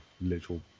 literal